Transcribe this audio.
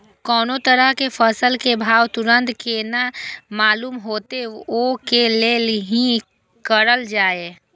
कोनो तरह के फसल के भाव तुरंत केना मालूम होते, वे के लेल की करल जाय?